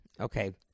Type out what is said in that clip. Okay